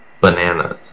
Bananas